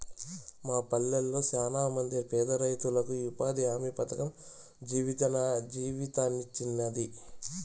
మా పల్లెళ్ళ శానమంది పేదరైతులకు ఈ ఉపాధి హామీ పథకం జీవితాన్నిచ్చినాది